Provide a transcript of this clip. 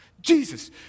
Jesus